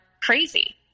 crazy